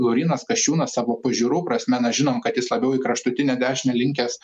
laurynas kasčiūnas savo pažiūrų prasme na žinom kad jis labiau į kraštutinę dešinę linkęs